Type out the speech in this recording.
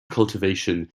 cultivation